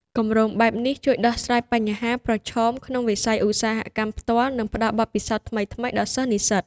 គម្រោងបែបនេះជួយដោះស្រាយបញ្ហាប្រឈមក្នុងវិស័យឧស្សាហកម្មផ្ទាល់ និងផ្តល់បទពិសោធន៍ថ្មីៗដល់សិស្សនិស្សិត។